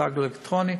צג אלקטרוני,